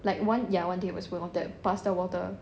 like one ya one tablespoon of that pasta water